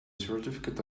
certificate